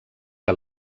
que